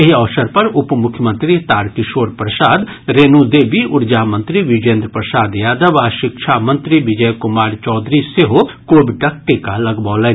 एहि अवसर पर उप मुख्यमंत्री तारकिशोर प्रसाद रेणु देवी ऊर्जा मंत्री विजेन्द्र प्रसाद यादव आ शिक्षा मंत्री विजय कुमार चौधरी सेहो कोविडक टीका लगबौलनि